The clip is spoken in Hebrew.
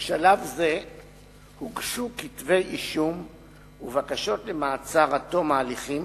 בשלב זה הוגשו כתבי-אישום ובקשות למעצר עד תום ההליכים